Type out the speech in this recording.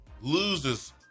loses